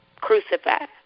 crucified